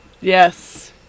Yes